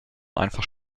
einfach